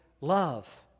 love